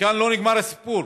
וכאן לא נגמר הסיפור.